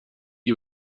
you